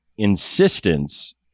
insistence